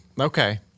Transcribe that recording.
Okay